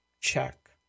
check